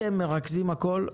אתם מרכזים הכול?